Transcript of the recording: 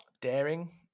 daring